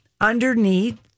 underneath